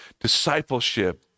discipleship